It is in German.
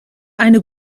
eine